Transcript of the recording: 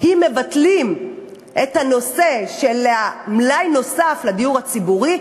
אם מבטלים את הנושא של המלאי הנוסף לדיור הציבורי,